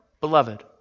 beloved